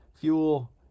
fuel